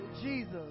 Jesus